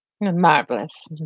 Marvelous